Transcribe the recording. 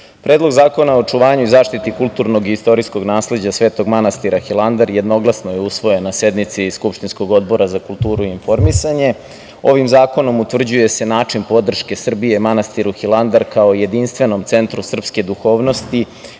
Predlog Zakona o očuvanju i zaštiti kulturnog i istorijskog nasleđa svetog manastira Hilandar jednoglasno je usvojen na sednici skupštinskog Odbora za kulturu i informisanje. Ovim zakonom utvrđuje se način podrške Srbije manastiru Hilandar, kao jedinstvenom centru srpske duhovnosti,